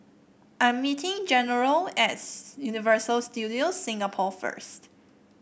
I'm meeting General at Universal Studios Singapore first